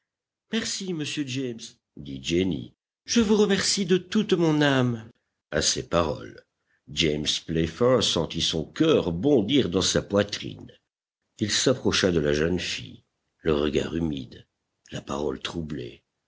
merci monsieur james dit jenny je vous remercie de toute mon âme a ces paroles james playfair sentit son cœur bondir dans sa poitrine il s'approcha de la jeune fille le regard humide la parole troublée